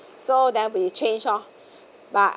so then we change hor but